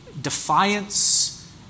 defiance